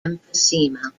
emphysema